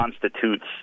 constitutes